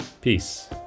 Peace